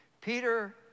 Peter